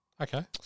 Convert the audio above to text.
Okay